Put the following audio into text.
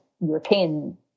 European